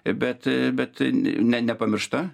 bet bet ne nepamiršta